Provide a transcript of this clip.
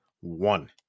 one